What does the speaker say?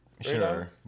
Sure